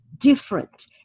different